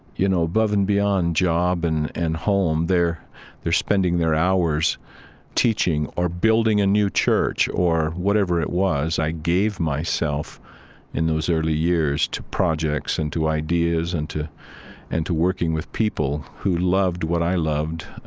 you know, above and beyond job and and home, they're they're spending their hours teaching, or building a new church, or whatever it was. i gave myself in those early years to projects and to ideas and to and to working with people who loved what i loved.